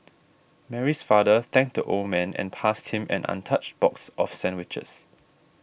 Mary's father thanked the old man and passed him an untouched box of sandwiches